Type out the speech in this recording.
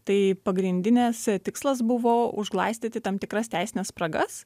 tai pagrindinis tikslas buvo užglaistyti tam tikras teisines spragas